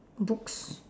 books